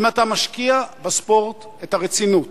אם אתה משקיע בספורט את הרצינות